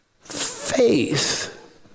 faith